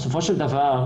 בסופו של דבר,